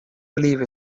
believe